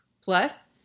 Plus